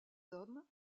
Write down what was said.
hommes